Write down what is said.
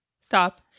Stop